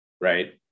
Right